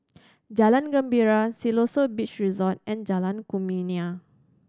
Jalan Gembira Siloso Beach Resort and Jalan Kumia